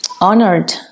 honored